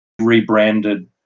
rebranded